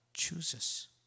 chooses